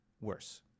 worse